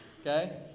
Okay